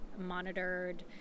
monitored